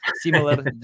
similar